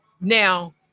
Now